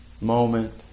moment